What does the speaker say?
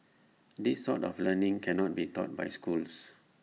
this sort of learning cannot be taught by schools